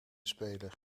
speler